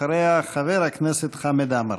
אחריה, חבר הכנסת חמד עמאר.